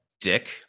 dick